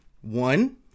one